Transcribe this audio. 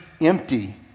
empty